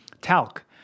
Talc